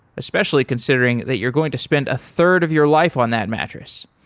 especially considering that you're going to spend a third of your life on that mattress.